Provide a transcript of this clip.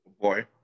Boy